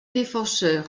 défenseur